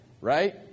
right